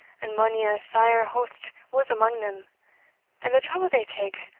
an mony a sair hoast was amang them and the trouble they take,